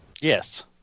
Yes